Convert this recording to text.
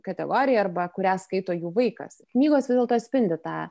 kategorijai arba kurią skaito jų vaikas knygos vis dėlto atspindi tą